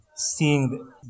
seeing